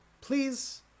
please